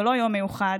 ולא יום מיוחד.